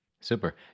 Super